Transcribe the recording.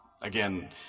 again